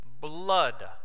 blood